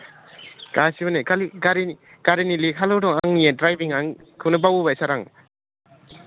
गासिबो नै खालि गारिनि गारिनि लेखाल' दं आंनि द्रायबिं खौनो बावबोबाय आं सार